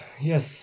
yes